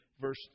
verse